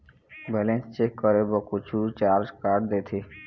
Balance check करें कुछू charge काट देथे?